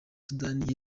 sudani